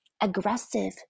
aggressive